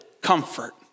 comfort